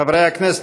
חברי הכנסת,